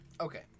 okay